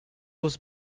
was